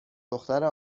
دختره